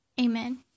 amen